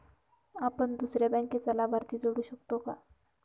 आपण दुसऱ्या बँकेचा लाभार्थी जोडू शकतो का?